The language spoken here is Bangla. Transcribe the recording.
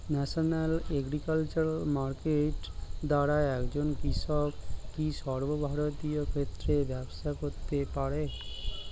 ন্যাশনাল এগ্রিকালচার মার্কেট দ্বারা একজন কৃষক কি সর্বভারতীয় ক্ষেত্রে ব্যবসা করতে পারে?